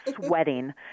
sweating